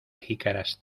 jicaras